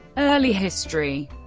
early history